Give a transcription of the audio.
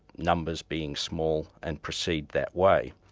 numbers being small and proceed that way.